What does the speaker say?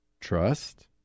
trust